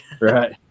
right